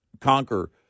conquer